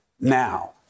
now